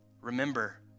Remember